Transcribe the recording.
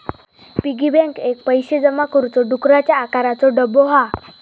piggy bank एक पैशे जमा करुचो डुकराच्या आकाराचो डब्बो हा